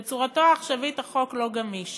בצורתו הנוכחית החוק לא גמיש